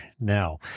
now